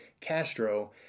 Castro